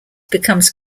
becomes